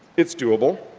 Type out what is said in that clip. it's do able.